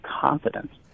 confidence